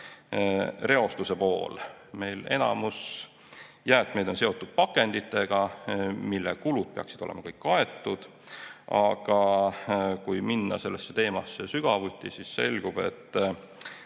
reostus. Enamus jäätmeid on meil seotud pakenditega, mille kulud peaksid olema kaetud. Aga kui minna sellesse teemasse sügavuti, siis selgub, et